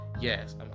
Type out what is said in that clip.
yes